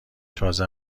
تازه